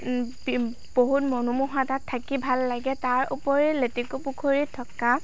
বহুত মনোমোহা তাত থাকি ভাল লাগে তাৰ উপৰি লেটেকুপুখুৰীত থকা